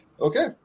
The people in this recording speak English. Okay